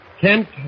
Kent